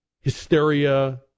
hysteria